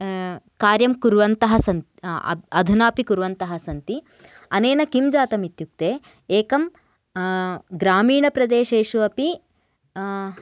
कार्यं कुर्वन्तः सन् अधुनापि कुर्वन्तः सन्ति अनेन किं जातम् इत्युक्ते एकम् ग्रामीणप्रदेशेषु अपि